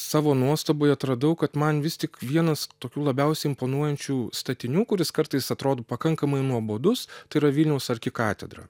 savo nuostabai atradau kad man vis tik vienas tokių labiausiai imponuojančių statinių kuris kartais atrodo pakankamai nuobodus tai yra vilniaus arkikatedra